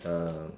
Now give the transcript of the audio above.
uh